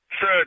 Sir